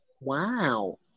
Wow